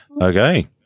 okay